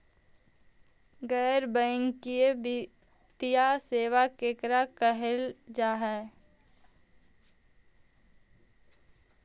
गैर बैंकिंग वित्तीय सेबा केकरा कहल जा है?